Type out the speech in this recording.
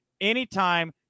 anytime